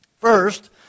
First